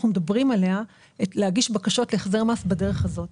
אנחנו מדברים להגיש בקשות להחזר מס בדרך הזאת.